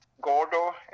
Gordo